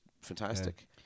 fantastic